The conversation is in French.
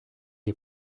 est